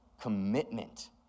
Commitment